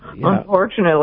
Unfortunately